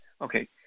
Okay